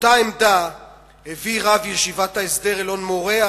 אותה עמדה הביא רב ישיבת ההסדר אלון-מורה,